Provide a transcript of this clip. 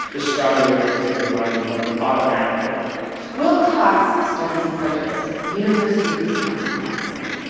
the stronger it is in your mind and the more automatic it becomes will cox studies prejudice at the university of wisconsin-madison.